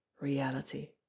reality